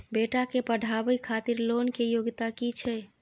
बेटा के पढाबै खातिर लोन के योग्यता कि छै